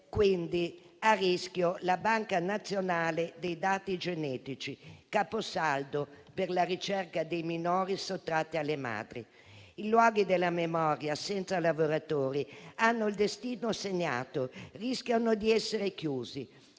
mettere a rischio la Banca nazionale dei dati genetici, caposaldo per la ricerca dei minori sottratti alle madri. I luoghi della memoria senza lavoratori hanno il destino segnato. Rischiano di essere chiusi.